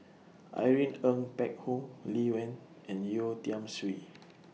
Irene Ng Phek Hoong Lee Wen and Yeo Tiam Siew